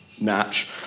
natch